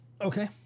Okay